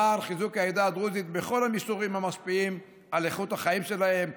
למען חיזוק העדה הדרוזית בכל המישורים המשפיעים על איכות החיים שלהם,